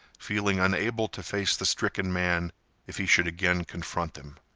feeling unable to face the stricken man if he should again confront them.